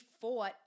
fought